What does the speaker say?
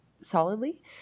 solidly